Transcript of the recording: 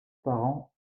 parents